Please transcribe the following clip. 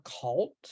cult